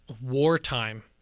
wartime